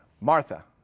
Martha